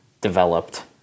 developed